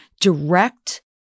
direct